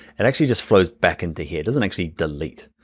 it actually just flows back into here. it doesn't actually delete.